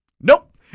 nope